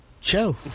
show